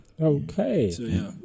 Okay